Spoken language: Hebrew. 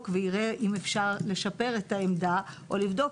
קצת ויראה אם אפשר לשפר את העמדה או לבדוק,